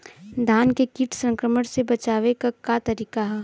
धान के कीट संक्रमण से बचावे क का तरीका ह?